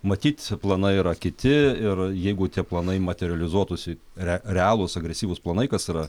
matyt planai yra kiti ir jeigu tie planai materializuotųsi re realūs agresyvūs planai kas yra